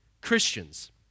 Christians